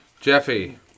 Jeffy